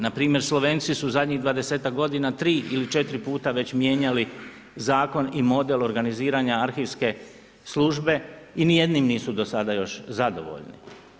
Npr. Slovenci su zadnjih dvadesetak godina 3 ili 4 puta već mijenjali zakon i model organiziranja arhivske službe i nijednim nisu do sada još zadovoljni.